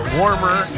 warmer